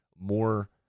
more